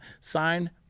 Sign